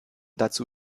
dazu